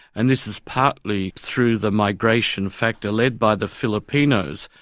and this is partly through the migration factor led by the filipinos.